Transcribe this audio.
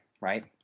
right